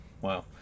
Wow